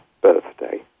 birthday